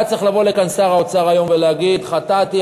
היה צריך לבוא לכאן היום שר האוצר ולהגיד: חטאתי,